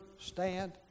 stand